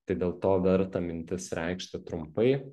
tai dėl to verta mintis reikšti trumpai